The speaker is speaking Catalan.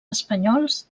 espanyols